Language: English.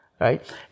right